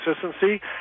consistency